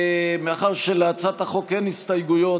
מאחר שלהצעת החוק אין הסתייגויות,